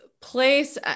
place